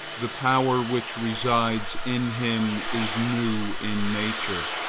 the power which resides in him is new in nature,